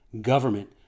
Government